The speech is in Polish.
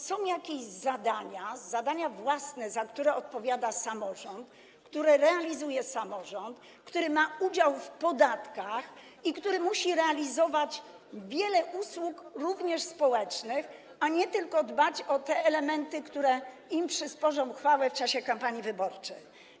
Są jakieś zadania, zadania własne, za które odpowiada samorząd, które realizuje samorząd, który ma udział w podatkach i który musi realizować wiele usług, również społecznych, a nie tylko dbać o te elementy, które im przyniosą chwałę w czasie kampanii wyborczej.